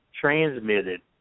transmitted